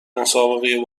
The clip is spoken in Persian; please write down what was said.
مسابقه